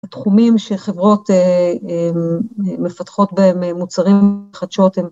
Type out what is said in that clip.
התחומים שחברות מפתחות בהם מוצרים ומתחדשות הם...